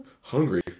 hungry